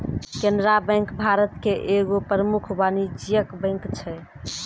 Canara bank Bharat के एगो प्रमुख वाणिज्यिक बैंक छै